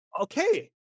okay